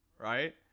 right